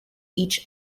each